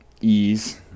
ease